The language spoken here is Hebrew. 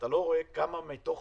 אתה לא רואה כמה מתוך